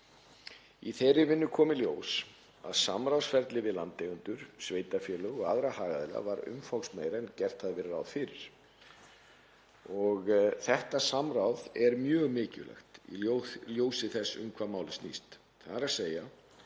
Í þeirri vinnu kom í ljós að samráðsferli við landeigendur, sveitarfélög og aðra hagaðila var umfangsmeira en gert hafði verið ráð fyrir. Þetta samráð er mjög mikilvægt í ljósi þess um hvað málið snýst, þ.e. að setja